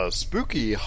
spooky